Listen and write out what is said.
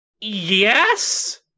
Yes